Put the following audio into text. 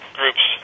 groups